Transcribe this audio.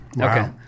Okay